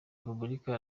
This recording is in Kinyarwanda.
repubulika